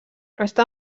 està